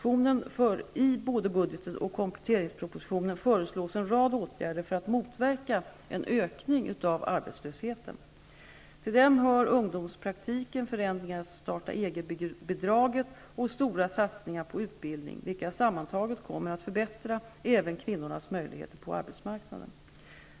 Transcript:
I både budget och kompletteringspropositionen föreslås en rad åtgärder för att motverka en ökning av arbetslösheten. Till dem hör ungdomspraktiken, förändringar i starta-eget-bidraget och stora satsningar på utbildning, vilka sammantaget kommer att förbättra även kvinnornas möjligheter på arbetsmarknaden.